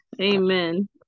Amen